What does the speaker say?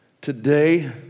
Today